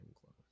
close